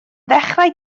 ddechrau